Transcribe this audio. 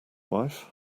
wife